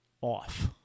off